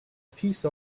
piece